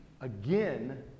again